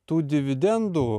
tų dividendų